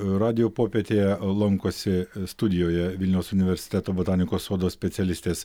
radijo popietėje lankosi studijoje vilniaus universiteto botanikos sodo specialistės